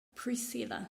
priscilla